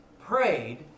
prayed